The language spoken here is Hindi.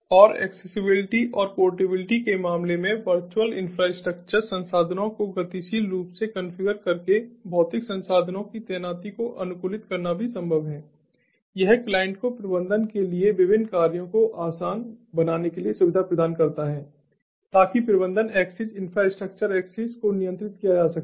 और एक्सेसिबिलिटी और पोर्टेबिलिटी के मामले में वर्चुअल इन्फ्रास्ट्रक्चर संसाधनों को गतिशील रूप से कॉन्फ़िगर करके भौतिक संसाधनों की तैनाती को अनुकूलित करना भी संभव है यह क्लाइंट को प्रबंधन के लिए विभिन्न कार्यों को आसान बनाने के लिए सुविधा प्रदान करता है ताकि प्रबंधन एक्सेस इंफ्रास्ट्रक्चर एक्सेस को नियंत्रित किया जा सके